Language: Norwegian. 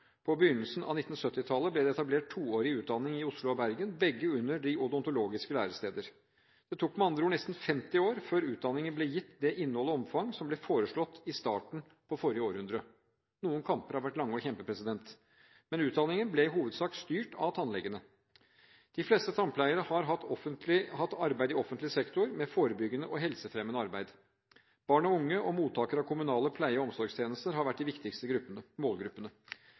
På begynnelsen av 1970-tallet ble det etablert toårig utdanning i Oslo og Bergen – begge under de odontologiske læresteder. Det tok med andre ord nesten 50 år før utdanningen ble gitt det innhold og omfang som ble foreslått i starten på forrige århundre. Noen kamper har vært lange å kjempe. Men utdanningen ble i hovedsak styrt av tannlegene. De fleste tannpleiere har hatt arbeid i offentlig sektor, med forebyggende og helsefremmende arbeid. Barn og unge og mottakere av kommunale pleie- og omsorgstjenester har vært de viktigste målgruppene.